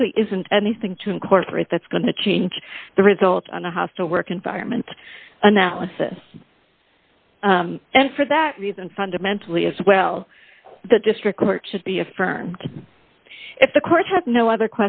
actually isn't anything to incorporate that's going to change the result on a hostile work environment analysis and for that reason fundamentally as well the district court should be affirmed if the courts have no other